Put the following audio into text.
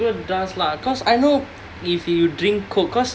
sugar does lah because I know if you drink Coke because